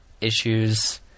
issues